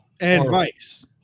advice